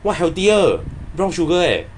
what healthier brown sugar eh